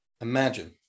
imagine